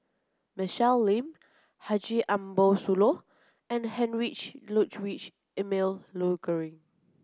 Michelle Lim Haji Ambo Sooloh and Heinrich Ludwig Emil Luering